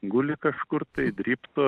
guli kažkur tai drybso